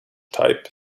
type